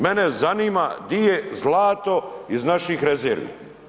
Mene zanima gdje je zlato iz naših rezervi?